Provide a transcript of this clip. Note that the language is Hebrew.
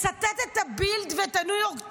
מצטט את הבילד ואת הניו יורק טיימס,